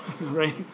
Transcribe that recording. right